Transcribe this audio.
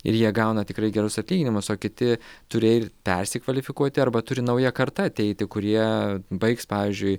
ir jie gauna tikrai gerus atlyginimus o kiti turi ir persikvalifikuoti arba turi nauja karta ateiti kurie baigs pavyzdžiui